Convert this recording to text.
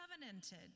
covenanted